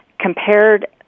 compared